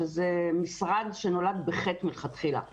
שזה משרד שנולד מלכתחילה בחטא.